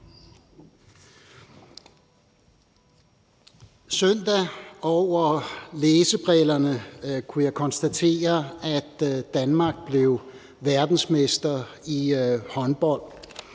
jeg over læsebrillerne konstatere, at Danmark blev verdensmester i håndbold,